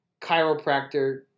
chiropractor